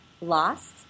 Lost